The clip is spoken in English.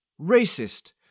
Racist